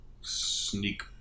sneak